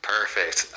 Perfect